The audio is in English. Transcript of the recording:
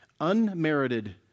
unmerited